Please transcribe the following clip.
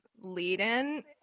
lead-in